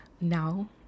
now